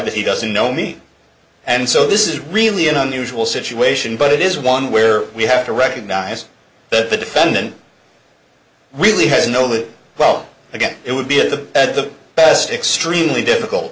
that he doesn't know me and so this is really an unusual situation but it is one where we have to recognize that the defendant really has no it well again it would be a the at the best extremely difficult